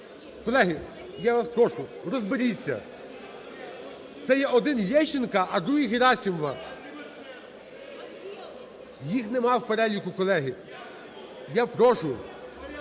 Колеги, я вас прошу, розберіться. Це є один Лещенка, а другий Герасимова. Їх немає в переліку, колеги. Я прошу